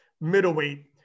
middleweight